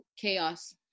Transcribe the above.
chaos